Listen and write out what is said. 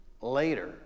later